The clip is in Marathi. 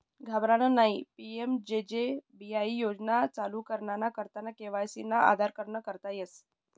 घाबरानं नयी पी.एम.जे.जे बीवाई योजना चालू कराना करता के.वाय.सी ना आधारकन करता येस